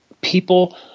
People –